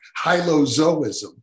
hylozoism